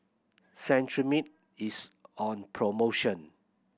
Cetrimide is on promotion